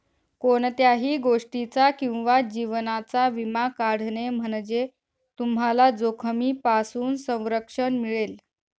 कोणत्याही गोष्टीचा किंवा जीवनाचा विमा काढणे म्हणजे तुम्हाला जोखमीपासून संरक्षण मिळेल